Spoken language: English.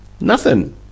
Nothing